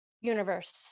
Universe